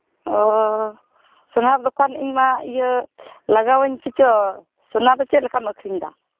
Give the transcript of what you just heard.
ᱚᱻ ᱥᱳᱱᱟᱨ ᱫᱚᱠᱟᱱ ᱤᱧᱢᱟ ᱤᱭᱟᱹ ᱞᱟᱜᱟᱣᱤᱧ ᱛᱮᱪᱚ ᱥᱳᱱᱟ ᱫᱚ ᱪᱮᱫ ᱮᱢ ᱟᱹᱠᱷᱨᱤᱧᱮᱫᱟ